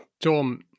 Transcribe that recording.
Tom